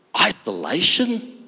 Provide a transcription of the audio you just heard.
isolation